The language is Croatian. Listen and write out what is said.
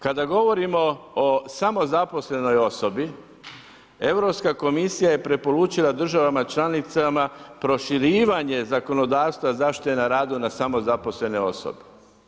Kada govorimo o samozaposlenoj osobi, Europska komisija je preporučila državama članicama proširivanje zakonodavstva zaštite na radu na samozaposlene osobe.